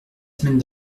semaine